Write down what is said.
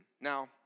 now